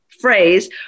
phrase